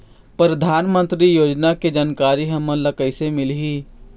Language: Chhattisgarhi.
परधानमंतरी योजना के जानकारी हमन ल कइसे मिलही?